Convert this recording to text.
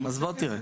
אז בוא תראה,